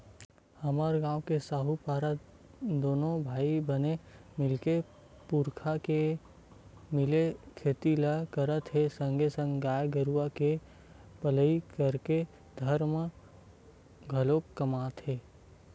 हमर गांव के साहूपारा दूनो भाई बने मिलके पुरखा के मिले खेती ल करत हे संगे संग गाय गरुवा के पलई करके धरम घलोक कमात हे